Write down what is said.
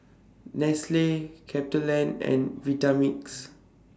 Nestle CapitaLand and Vitamix